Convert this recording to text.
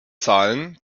zahlen